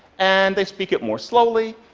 and they speak it more slowly,